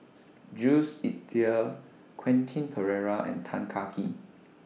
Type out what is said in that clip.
Jules Itier Quentin Pereira and Tan Kah Kee